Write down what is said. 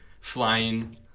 flying